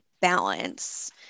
balance